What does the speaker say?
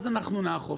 אז אנחנו נאכוף.